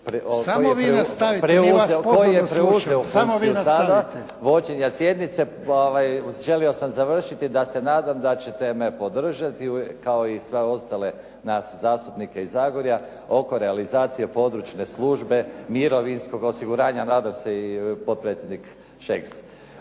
predsjedavanje sjednicom. … /Upadica: Samo vi nastavite./ … Vođenja sjednice pa želimo sam završiti da se nadam da ćete me podržati kao i sve ostale nas zastupnike iz Zagorja oko realizacije područne službe Mirovinskog osiguranja, a nadam se i potpredsjednik Šeks,